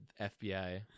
FBI